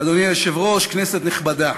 אדוני היושב-ראש, כנסת נכבדה,